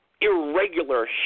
irregular